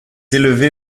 élevée